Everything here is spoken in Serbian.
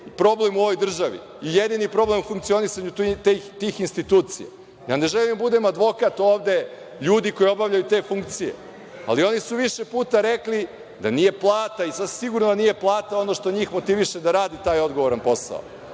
problem u ovoj državi i jedini problem u funkcionisanju tih institucija. Ne želim da budem advokat ovde ljudi koji obavljaju te funkcije, ali oni su više puta rekli da nije plata i sasvim je sigurno da nije plata ono što njih motiviše da rade taj odgovoran posao.